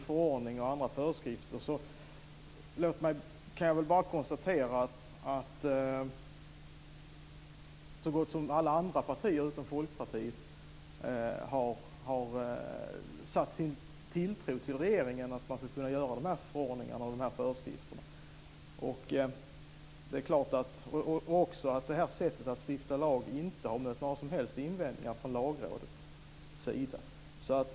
Fru talman! Jag kan bara konstatera att så gott som alla andra partier utom Folkpartiet har satt sin tilltro till regeringen när det gäller att man ska kunna utfärda de här förordningarna och de här föreskrifterna. Och det här sättet att stifta lag har inte mött några som helst invändningar från Lagrådets sida.